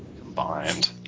combined